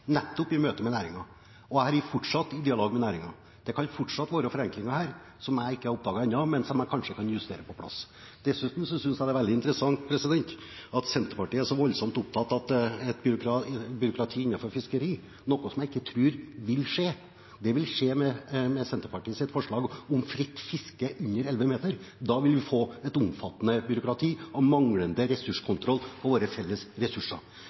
nettopp i møte med næringen. Jeg har fortsatt dialog med næringen. Det kan fortsatt være forenklinger her som jeg ikke har oppdaget ennå, men som jeg kanskje kan justere på plass. Dessuten synes jeg det er veldig interessant at Senterpartiet er så voldsomt opptatt av byråkrati innenfor fiskeri, noe jeg ikke tror vil øke. Det vil skje med Senterpartiets forslag om fritt fiske for båter under elleve meter. Da vil vi få et omfattende byråkrati og manglende kontroll av våre felles ressurser.